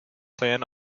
clan